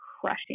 crushing